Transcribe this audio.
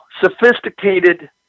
sophisticated